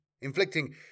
inflicting